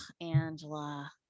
Angela